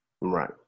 Right